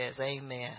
amen